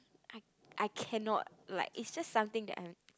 I I cannot like is just something that I